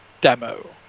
demo